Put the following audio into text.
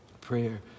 prayer